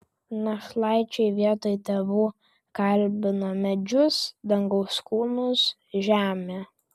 našlaičiai vietoj tėvų kalbino medžius dangaus kūnus žemę